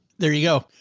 there you go.